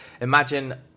imagine